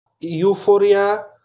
Euphoria